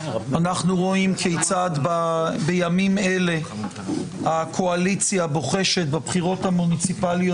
אנחנו רואים כיצד בימים אלה הקואליציה בוחשת בבחירות המוניציפליות